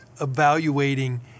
evaluating